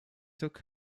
took